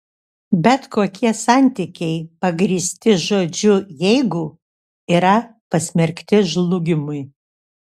bet kokie santykiai pagrįsti žodžiu jeigu yra pasmerkti žlugimui